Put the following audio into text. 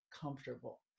comfortable